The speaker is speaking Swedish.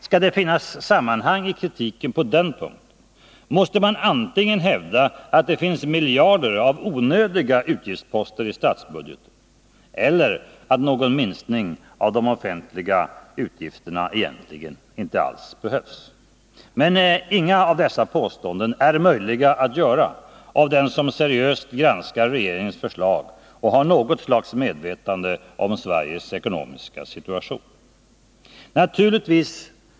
Skall det finnas sammanhang i kritiken på den punkten måste man hävda antingen att det finns miljarder av onödiga utgiftsposter i statsbudgeten eller att någon minskning av de offentliga utgifterna egentligen inte alls behövs. Men inget av dessa påståenden är möjligt att göra av den som seriöst granskar regeringens ekonomiska förslag och har något slags medvetande om Sveriges ekonomiska situation.